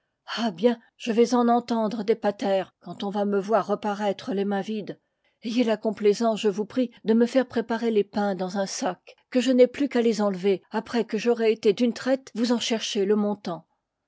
ah bien je vais en entendre des patersi quand on va me voir reparaître les mains vides ayez la complai sance je vous prie de me faire préparer les pains dans un sac que je n'aie plus qu'à les enlever après que j'aurai été d'une traite vous en chercher le montant